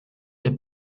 der